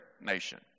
nation